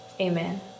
Amen